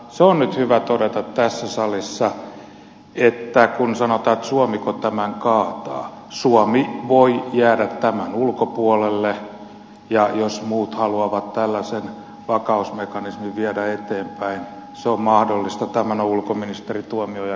se on nyt hyvä todeta tässä salissa kun sanotaan että suomiko tämän kaataa että suomi voi jäädä tämän ulkopuolelle ja jos muut haluavat tällaisen vakausmekanismin viedä eteenpäin on se mahdollista tämän on ulkoministeri tuomiojakin todennut